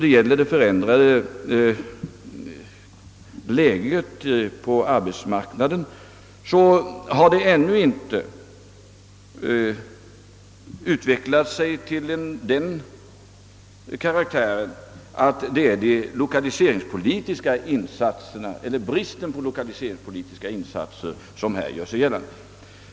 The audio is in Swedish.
Det förändrade läget på arbetsmarknaden har ännu inte utvecklat sig så att de lokaliseringspolitiska insatserna eller bristen på lokaliseringsinsatser gör sig gällande.